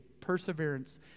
perseverance